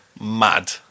Mad